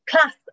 class